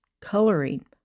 coloring